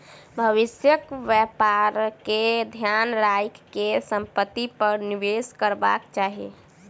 भविष्यक व्यापार के ध्यान राइख के संपत्ति पर निवेश करबाक चाही